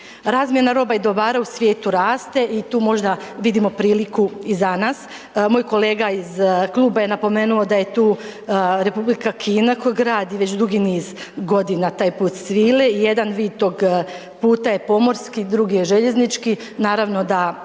Razmjena roba i dobara u svijetu raste i tu možda vidimo priliku i za nas, moj kolega iz kluba je napomenuo da je tu Republika Kina koja gradi već dugi niz godina taj put svile i jedan vid tog puta je pomorski, drugi je željeznički, naravno da